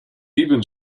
even